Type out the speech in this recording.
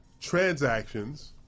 transactions